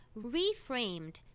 reframed